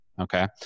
okay